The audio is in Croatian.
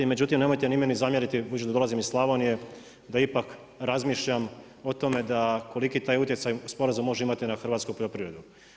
Međutim nemojte ni meni zamjeriti budući da dolazim iz Slavonije da ipak razmišljam o tome da koliki taj utjecaj sporazum može imati na hrvatsku poljoprivredu.